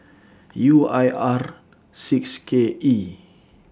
U I R six K E